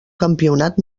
campionat